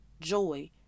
joy